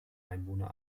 einwohner